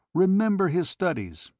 remember his studies,